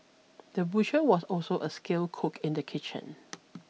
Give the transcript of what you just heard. the butcher was also a skilled cook in the kitchen